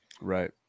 Right